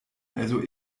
also